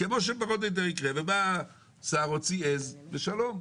כמו שפחות או יותר יקרה, ובא שר, הוציא עז, ושלום.